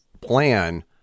plan